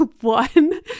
one